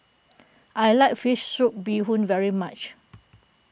I like Fish Soup Bee Hoon very much